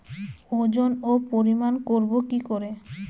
ওজন ও পরিমাপ করব কি করে?